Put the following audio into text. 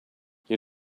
you